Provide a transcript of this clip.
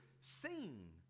seen